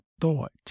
thought